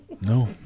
No